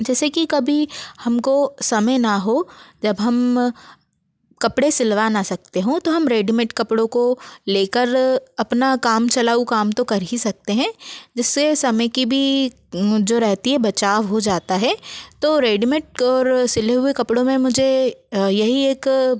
जैसे कि कभी हमको समय ना हो जब हम कपड़े सिलवा ना सकते हों तो हम रेडीमेट कपड़ों को लेकर अपना काम चलाऊ काम तो कर ही सकते हैं जिससे समय की भी जो रहती है बचाव हो जाता है तो रेडीमेट और सिले हुए कपड़ों में मुझे यही एक